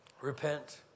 Repent